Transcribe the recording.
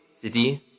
City